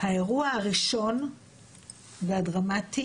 האירוע הראשון והדרמטי,